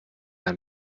ein